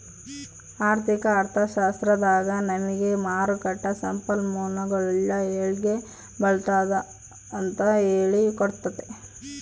ಆರ್ಥಿಕ ಅರ್ಥಶಾಸ್ತ್ರದಾಗ ನಮಿಗೆ ಮಾರುಕಟ್ಟ ಸಂಪನ್ಮೂಲಗುಳ್ನ ಹೆಂಗೆ ಬಳ್ಸಾದು ಅಂತ ಹೇಳಿ ಕೊಟ್ತತೆ